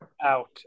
Out